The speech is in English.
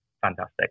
fantastic